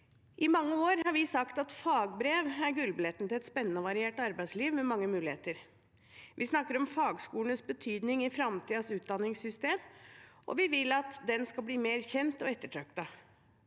I mange år har vi sagt at fagbrev er gullbilletten til et spennende og variert arbeidsliv med mange muligheter. Vi snakker om fagskolenes betydning i framtidens utdanningssystem, og vi vil at de skal bli mer kjent og ettertraktet.